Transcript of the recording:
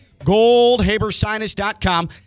GoldhaberSinus.com